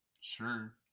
sure